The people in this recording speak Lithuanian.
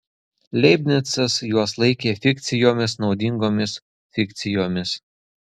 leibnicas juos laikė fikcijomis naudingomis fikcijomis